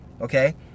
okay